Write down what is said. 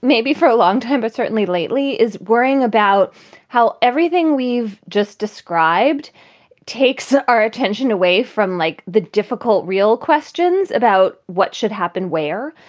maybe for a long time, but certainly lately is worrying about how everything we've just described takes our attention away from, like, the difficult, real questions about what should happen where.